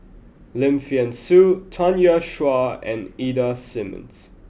Lim Thean Soo Tanya Chua and Ida Simmons